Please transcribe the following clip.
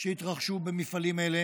שהתרחשו במפעלים אלה